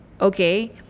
okay